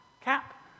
CAP